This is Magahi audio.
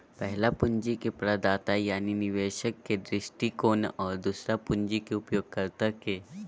पहला पूंजी के प्रदाता यानी निवेशक के दृष्टिकोण और दूसरा पूंजी के उपयोगकर्ता के